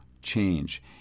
change